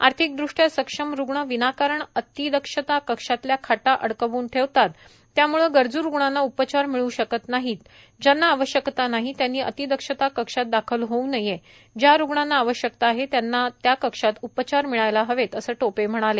आर्थिकदृष्ट्या सक्षम रुग्ण विनाकारण अतिदक्षता कक्षातल्या खाटा अडवून ठेवतात त्यामुळे गरजू रुग्णांना उपचार मिळू शकत नाहीत ज्यांना आवश्यकता नाही त्यांनी अतिदक्षता कक्षात दाखल होऊ नये ज्या रुग्णांना आवश्यकता आहे त्यांना अतिदक्षता कक्षात उपचार मिळायला हवेत असं टोपे म्हणाले